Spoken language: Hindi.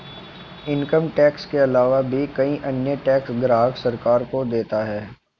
इनकम टैक्स के आलावा भी कई अन्य टैक्स ग्राहक सरकार को देता है